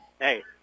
hey